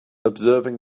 observing